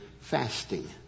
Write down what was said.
fasting